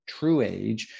TrueAge